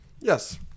Yes